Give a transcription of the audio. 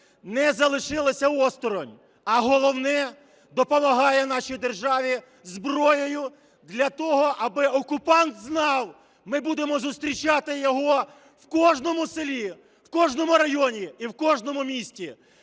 не залишилася осторонь, а головне – допомагає нашій державі зброєю для того, аби окупант знав: ми будемо зустрічати його в кожному селі, в кожному районі і в кожному місті!